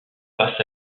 face